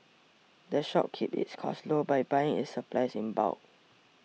the shop keeps its costs low by buying its supplies in bulk